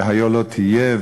היה לא תהיה,